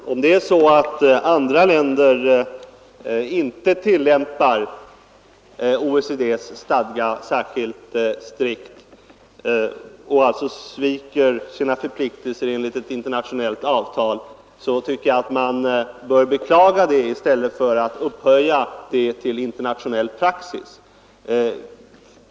Herr talman! Om det är så att andra länder inte tillämpar OECD:s stadga särskilt strikt och alltså sviker sina förpliktelser enligt ett internationellt avtal, så tycker jag att man bör beklaga det i stället för att upphöja det till internationell praxis.